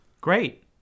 Great